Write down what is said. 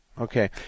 Okay